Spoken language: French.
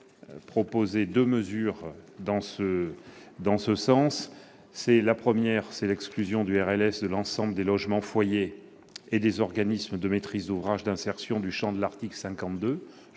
soins vont déjà dans ce sens. La première est l'exclusion de l'ensemble des logements-foyers et des organismes de maîtrise d'ouvrage d'insertion du champ de l'article 52-